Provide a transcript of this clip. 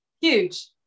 Huge